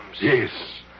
Yes